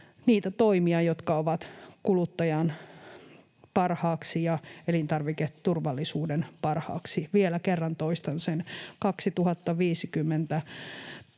niitä toimia, jotka ovat kuluttajan parhaaksi ja elintarviketurvallisuuden parhaaksi. Vielä kerran toistan: on